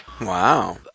Wow